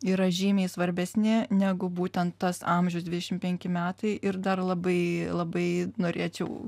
yra žymiai svarbesni negu būtent tas amžius dvidešim penki metai ir dar labai labai norėčiau